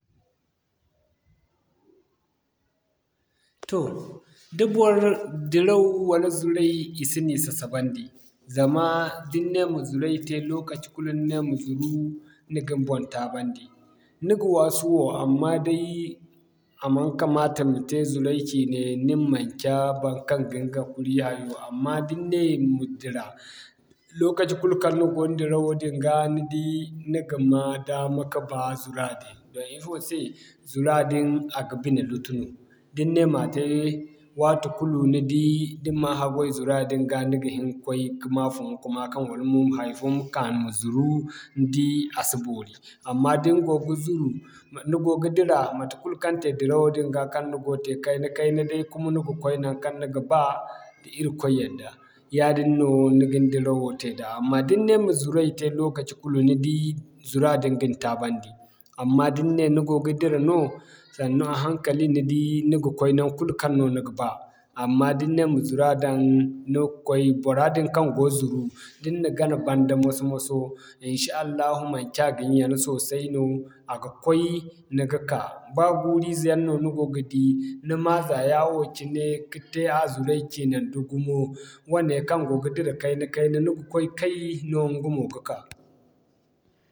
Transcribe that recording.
Toh da bor, diraw wala zuray i si ni sasabandi. Zamaa da ni ne ma zuray te lokaci kulu ni ne ma zuru, ni ga ni bon taabandi. Ni ga waasu wo amma day a man kamata ma te zuray ciine nin manci baŋkaŋ ga ɲga kuri hayo no amma da ni ne ma dira, lokaci kulu kaŋ ni go no dirawo din ga, ni di ni ga ma daama ka ba zura din. Doŋ ifo se zuraa din a ga bine lutu no. Da ni ne ma te watukul ni di da ni man hagway zuradin ga ni ga hin ka'koy ka ma fun kwama kaŋ wala mo ma hay'fo ma ka ma zuru, ni di a si boori. Amma da ni go ga zuru, ni go ga dira matekul kaŋ te dirawo din ga kaŋ ni go te kayna-kayna day kuma ni go koy naŋkaŋ ni ga baa, da irkoy yadda. Yaadin no, ni ga ni dirawo te da amma da ni ne ma zuray te lokaci kulu ni di zura din ga ni taa-bandi amma da ni ne ni go ga dira no, sannu a haŋkali ni di ni ga koy naŋkul kaŋ no ni ga ba. Amma da ni ne ma zura daŋ, ni ga koy bora din kaŋ go zuru, da ni na gana banda moso-moso Insha Allahu manci a ga ni yana soosai no a ga koy, ni ga ka. Ba guuri-ze yaŋ no ni go ga di, ni ma za yawo cine, ka te a zuray ciine da gumo wane kaŋ go ga dira kayna-kayna ni ga koy kay, no ɲga mo ga ka.